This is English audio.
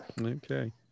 Okay